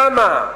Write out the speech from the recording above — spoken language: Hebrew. למה?